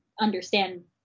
understand